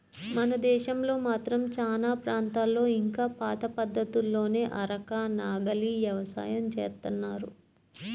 మన దేశంలో మాత్రం చానా ప్రాంతాల్లో ఇంకా పాత పద్ధతుల్లోనే అరక, నాగలి యవసాయం జేత్తన్నారు